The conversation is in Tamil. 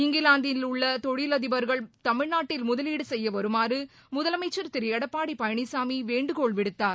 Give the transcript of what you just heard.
இங்கிலாந்தின் உள்ள தொழிலதிபர்கள் தமிழ்நாட்டில் முதலீடு செய்ய வருமாறு முதலமைச்சர் திரு எடப்பாடி பழனிசாமி வேண்டுகோள் விடுத்தார்